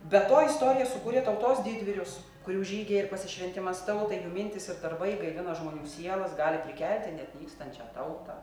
be to istorija sukūrė tautos didvyrius kurių žygiai ir pasišventimas tautai mintys ir darbai gaivina žmonių sielas gali prikelti net nykstančią tautą